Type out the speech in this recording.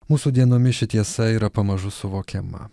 mūsų dienomis ši tiesa yra pamažu suvokiama